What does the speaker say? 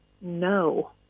no